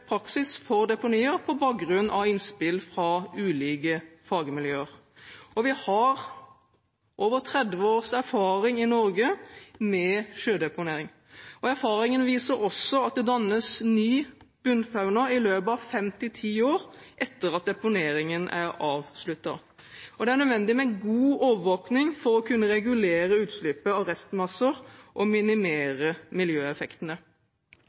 praksis for deponier, på bakgrunn av innspill fra ulike fagmiljøer. I Norge har vi over 30 års erfaring med sjødeponering. Erfaringene viser også at det dannes ny bunnfauna i løpet av fem til ti år etter at deponeringen er avsluttet. Det er nødvendig med en god overvåking for å kunne regulere utslippet av restmasser og minimere miljøeffektene.